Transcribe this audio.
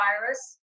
virus